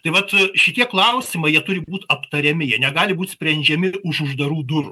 tai vat šitie klausimai jie turi būt aptariami jie negali būt sprendžiami už uždarų durų